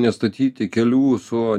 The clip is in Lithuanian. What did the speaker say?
nestatyti kelių su